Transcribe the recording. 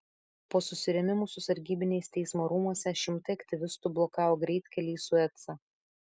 po susirėmimų su sargybiniais teismo rūmuose šimtai aktyvistų blokavo greitkelį į suecą